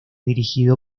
dirigido